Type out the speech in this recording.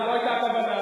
זאת לא היתה הכוונה,